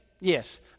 yes